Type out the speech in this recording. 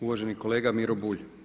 Uvaženi kolega Miro Bulj.